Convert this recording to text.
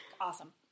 awesome